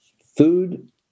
food